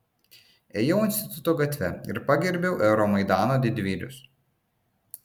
ėjau instituto gatve ir pagerbiau euromaidano didvyrius